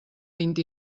vint